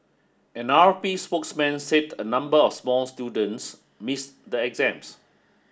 an R P spokesman said a number of small students miss the exams